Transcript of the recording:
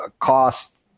cost